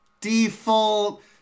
default